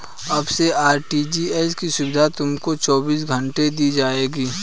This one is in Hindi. अब से आर.टी.जी.एस की सुविधा तुमको चौबीस घंटे दी जाएगी